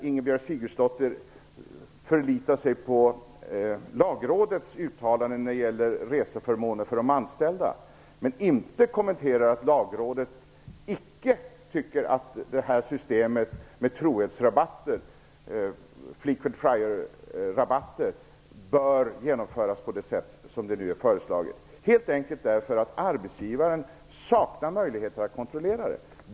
Ingibjörg Sigurdsdóttir förlitar sig på Lagrådets uttalanden när det gäller reseförmåner för de anställda men kommenterar inte att Lagrådet icke tycker att systemet med trohetsrabatter, s.k. frequent flyerrabatter, bör genomföras på det sätt som nu är föreslaget, helt enkelt därför att arbetsgivaren saknar möjligheter att kontrollera det.